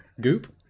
Goop